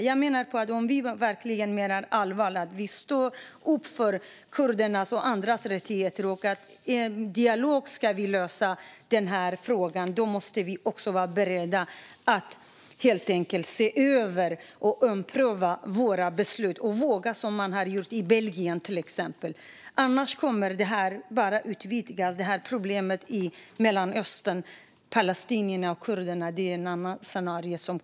Jag menar att om vi verkligen menar allvar med att stå upp för kurdernas och andras rättigheter och att frågan ska lösas genom dialog måste vi vara beredda att se över och ompröva våra beslut, så som man har vågat göra i till exempel Belgien. Annars kommer problemet i Mellanöstern bara att utvidgas. Palestinierna och kurderna blir ett annat scenario.